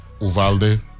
uvalde